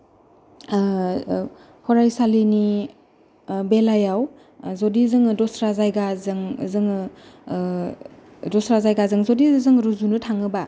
फरायसालिनि बेलायाव जुदि जोङो दस्रा जायगाजों जोङो दस्रा जायगाजों जुदि जों रुजुनो थाङोब्ला